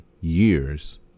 years